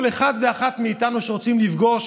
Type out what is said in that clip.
כל אחד ואחת מאיתנו שרוצה לפגוש